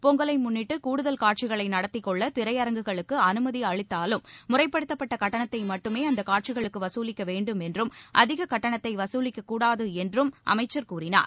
பொங்கலை முன்னிட்டு கூடுதல் காட்சிகளை நடத்தி கொள்ள திரையரங்குகளுக்கு அரசு அனுமதி அளித்தாலும் முறைப்படுத்தப்பட்ட கட்டணத்தை மட்டுமே அந்த காட்சிகளுக்கு வகுலிக்க வேண்டும் என்றும் அதிக கட்டணத்தை வசூலிக்கக்கூடாது என்றும் அவர் கூறினார்